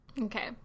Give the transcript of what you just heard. Okay